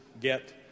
get